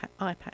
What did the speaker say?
iPad